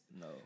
No